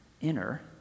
Inner